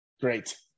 Great